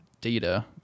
data